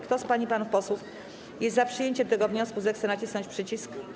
Kto z pań i panów posłów jest za przyjęciem tego wniosku, zechce nacisnąć przycisk.